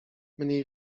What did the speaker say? mniej